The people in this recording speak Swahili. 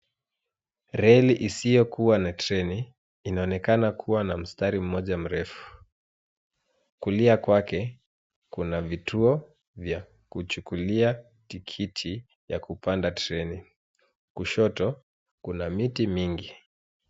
Reli isiyokuwa na treni inaonekana kuwa na mstari mmoja mrefu. Kulia kwake kuna vituo vya kuchukulia tikiti ya kupanda treni. Kushoto kuna miti mingi